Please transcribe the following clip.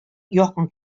якын